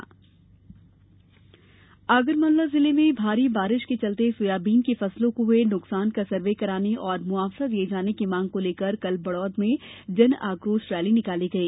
जन आकोश रैली आगरमालवा जिले में भारी बारिश के चलते सोयाबीन की फसलों को हुए नुकसान का सर्वे कराने और मुआवजा दिये जाने की मांग को लेकर कल बड़ोद में जन आकोश रैली निकाली गई